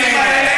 משקר.